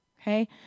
Okay